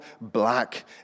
black